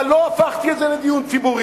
אבל לא הפכתי את זה לדיון ציבורי.